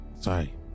Sorry